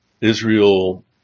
Israel